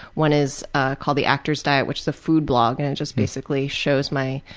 one is ah called the actor's diet, which is a food blog, and it just basically shows my,